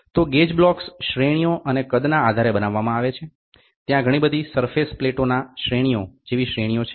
તો gauge blocks શ્રેણીઓ અને કદને આધારે બનાવવામાં આવે છે ત્યાં ઘણી બધી સરફેસ પ્લેટોના શ્રેણીઓ જેવી શ્રેણીઓ છે